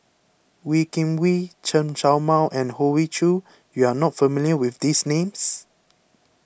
Wee Kim Wee Chen Show Mao and Hoey Choo you are not familiar with these names